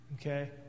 Okay